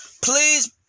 Please